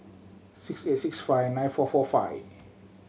six eight six five nine four four five